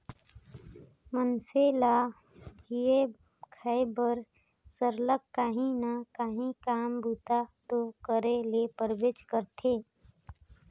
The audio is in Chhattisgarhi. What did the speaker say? मइनसे ल जीए खाए बर सरलग काहीं ना काहीं काम बूता दो करे ले परबेच करथे